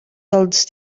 dels